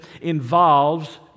involves